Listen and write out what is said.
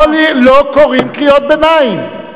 לא קוראים קריאות ביניים.